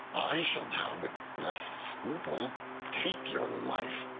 i shall now with less scruple take your life,